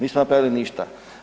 Nismo napravili ništa.